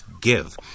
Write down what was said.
give